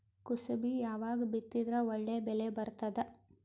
ಕುಸಬಿ ಯಾವಾಗ ಬಿತ್ತಿದರ ಒಳ್ಳೆ ಬೆಲೆ ಬರತದ?